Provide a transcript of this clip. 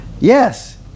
Yes